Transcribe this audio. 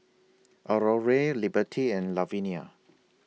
Aurore Liberty and Lavinia